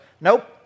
nope